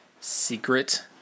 secret